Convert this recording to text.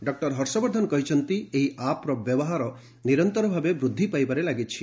doctor Harshvardhan କହିଛନ୍ତି ଏହି ଆପ୍ର ବ୍ୟବହାର ନିରନ୍ତର ଭାବେ ବୃଦ୍ଧି ପାଇବାରେ ଲାଗିଛି